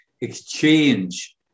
exchange